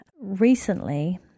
recently